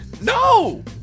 No